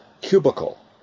cubicle